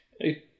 Hey